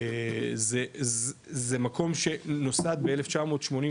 זה מקום שנוסד ב-1984,